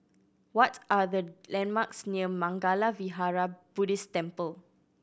what are the landmarks near Mangala Vihara Buddhist Temple